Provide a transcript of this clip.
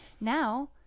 Now